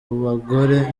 bagore